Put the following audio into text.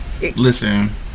listen